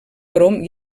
crom